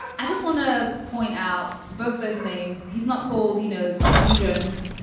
i just want to point out both those names. he's not cold. you know stephen jones.